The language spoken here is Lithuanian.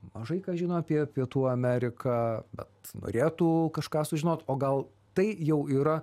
mažai ką žino apie pietų ameriką bet norėtų kažką sužinot o gal tai jau yra